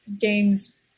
gains